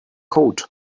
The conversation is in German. code